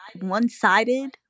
one-sided